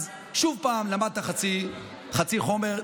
אז שוב למדת חצי חומר.